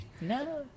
no